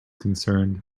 concerned